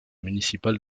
municipal